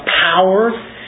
power